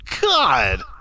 God